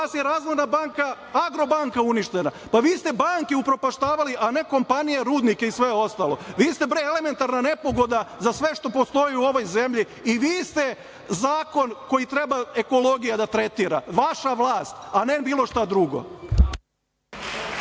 kod vas je Agrobanka uništena. Vi ste banke upropaštavali a ne kompanije, rudnike i sve ostalo. Vi ste bre elementarna nepogoda za sve što postoji u ovoj zemlji i vi ste zakon koji treba ekologija da tretira. Vaša vlast, a ne bilo šta drugo.